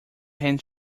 hand